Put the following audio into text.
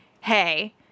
hey